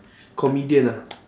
comedian ah